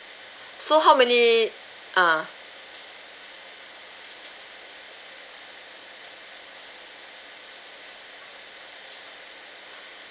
so how many ah